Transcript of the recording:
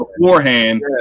beforehand